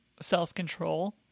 self-control